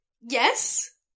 Yes